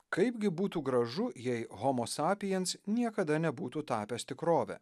kaipgi būtų gražu jei homo sapijens niekada nebūtų tapęs tikrove